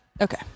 Okay